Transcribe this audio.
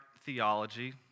theology